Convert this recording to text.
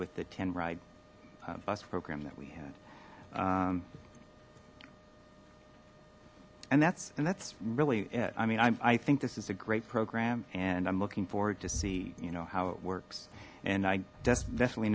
with the tin ride bus program that we had and that's and that's really it i mean i think this is a great program and i'm looking forward to see you know how it works and i definitely